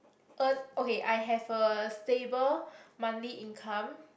earn okay I have a stable monthly income